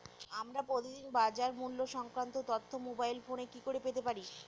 আমরা প্রতিদিন বাজার মূল্য সংক্রান্ত তথ্য মোবাইল ফোনে কি করে পেতে পারি?